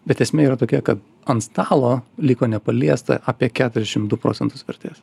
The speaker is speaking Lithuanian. bet esmė yra tokia kad ant stalo liko nepaliesta apie keturiasdešim du procentus vertės